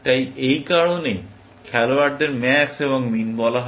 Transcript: তাই এই কারণেই খেলোয়াড়দের ম্যাক্স এবং মিন বলা হয়